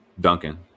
Duncan